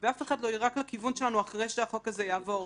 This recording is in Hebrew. ואף אחד לא יירק לכיוון שלנו אחרי שהחוק הזה יעבור.